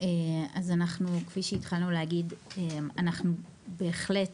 אז כפי שהתחלנו להגיד אנחנו בהחלט